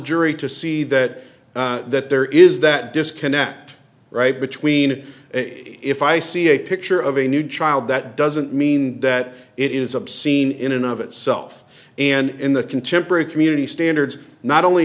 jury to see that that there is that disconnect right between if i see a picture of a new child that doesn't mean that it is obscene in and of itself and in the contemporary community standards not only